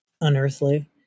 unearthly